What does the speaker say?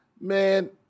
Man